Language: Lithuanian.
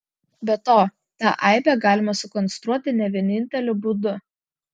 be to tą aibę galima sukonstruoti ne vieninteliu būdu